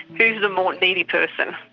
is the more needy person?